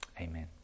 Amen